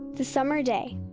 the summer day